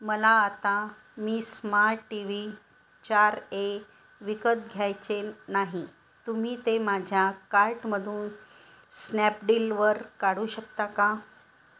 मला आता मी स्मार्ट टी व्ही चार ए विकत घ्यायचे नाही तुम्ही ते माझ्या कार्टमधून स्नॅपडीलवर काढू शकता का